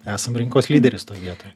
esam rinkos lyderis toj vietoj